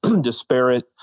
disparate